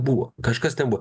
buvo kažkas ten buvo